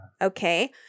Okay